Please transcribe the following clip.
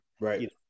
right